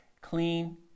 clean